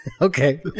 Okay